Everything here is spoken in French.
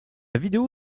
vidéo